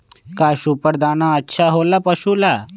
का सुपर दाना अच्छा हो ला पशु ला?